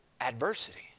adversity